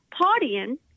partying